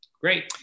great